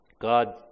God